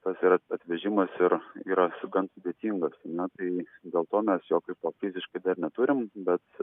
tas yra atvežimas ir yra su gan sudėtingas na tai dėl to mes jo kaipo fiziškai dar neturim bet